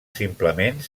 simplement